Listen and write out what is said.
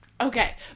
Okay